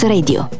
Radio